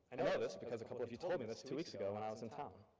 know this because a couple of you told me this two weeks ago when i was in town.